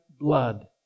blood